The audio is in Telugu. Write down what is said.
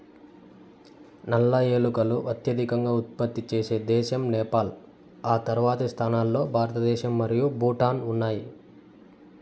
నల్ల ఏలకులు అత్యధికంగా ఉత్పత్తి చేసే దేశం నేపాల్, ఆ తర్వాతి స్థానాల్లో భారతదేశం మరియు భూటాన్ ఉన్నాయి